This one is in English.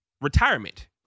retirement